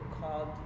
called